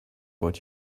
what